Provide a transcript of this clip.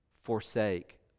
forsake